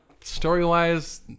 story-wise